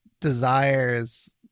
desires